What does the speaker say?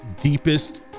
deepest